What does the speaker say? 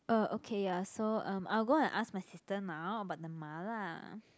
uh okay ya so um I will go and ask my sister now about the Ma-la